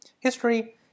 History